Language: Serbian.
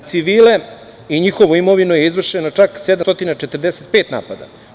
Na civile i njihovu imovinu izvršeno je čak 745 napada.